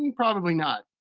and probably not.